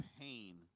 pain